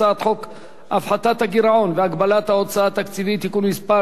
הצעת חוק הפחתת הגירעון והגבלת ההוצאה התקציבית (תיקון מס'